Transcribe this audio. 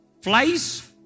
Flies